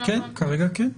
כן, כרגע כן,